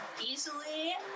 easily